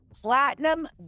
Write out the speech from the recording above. platinum